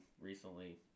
recently